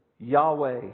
Yahweh